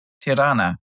Tirana